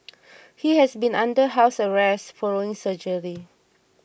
he had been under house arrest following surgery